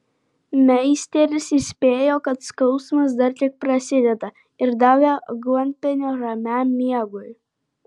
meisteris įspėjo kad skausmas dar tik prasideda ir davė aguonpienio ramiam miegui